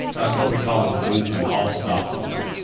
that's what we call, an, um an all-stop moment.